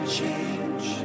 change